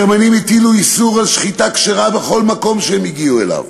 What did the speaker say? הגרמנים הטילו איסור על שחיטה כשרה בכל מקום שהם הגיעו אליו.